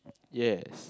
yes